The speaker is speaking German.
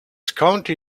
county